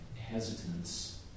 hesitance